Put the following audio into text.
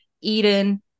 Eden